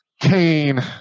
Cain